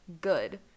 good